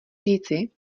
říci